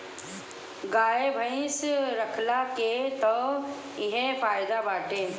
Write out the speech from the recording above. गाई भइस रखला के तअ इहे फायदा बाटे